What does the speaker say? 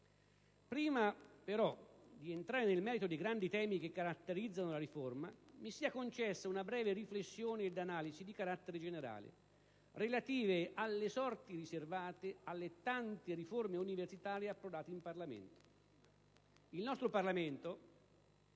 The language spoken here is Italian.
Prima di entrare nel merito dei grandi temi che caratterizzano la riforma mi siano concesse una breve riflessione ed un'analisi di carattere generale relative alle sorti riservate alle tante riforme universitarie approdate in Parlamento. Il nostro Parlamento